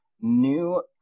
new